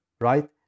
right